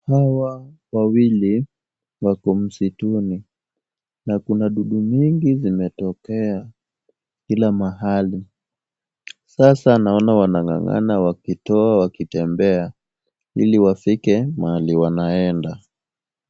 Hawa wawili wako msituni na kuna dudu mingi zimetokea kila mahali. Sasa naona wanang'ang'ana wakitoa wakitembea, ili wafike mahali wanaenda.